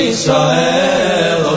Israel